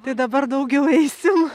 tai dabar daugiau eisim